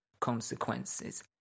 consequences